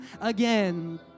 again